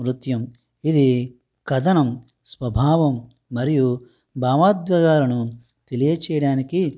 నృత్యం ఇది కథనం స్వభావం మరియు భావోద్వేగాలను తెలియచేయడానికి